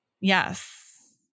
Yes